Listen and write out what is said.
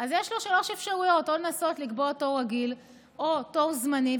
אז יש לו שלוש אפשרויות: או לנסות לקבוע תור רגיל או תור זמני,